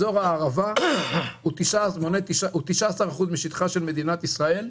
אזור הערבה הוא 19% משטחה של מדינת ישראל,